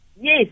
yes